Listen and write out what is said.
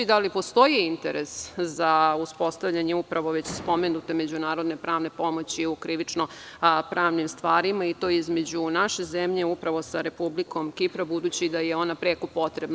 Da li postoji interes za uspostavljanje upravo već pomenute međunarodne pravne pomoći u krivično-pravnim stvarima i to između naše zemlje upravo sa Republikom Kipar, budući da je ona preko potrebno?